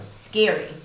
scary